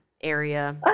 area